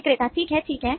विक्रेता ठीक है ठीक है